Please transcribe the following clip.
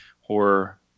horror